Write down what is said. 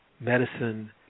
medicine